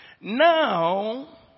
Now